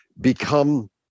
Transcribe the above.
become